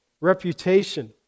reputation